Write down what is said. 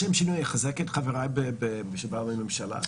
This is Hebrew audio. לשם שינוי אני אחזק את חבריי שבאו מהממשלה.